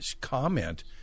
comment